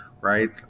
right